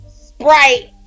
Sprite